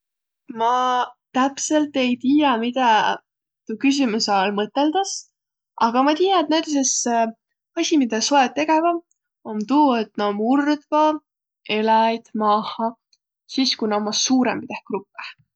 Ma täpselt ei tiiäq, midä tuu küsümüse all mõtõldas, a ma tiiä, et näütüses asi, midä soeq tegeväq, om tuu, et nä murdvaq eläjit maaha, sis ku nä ommaq suurõmbah grupõh.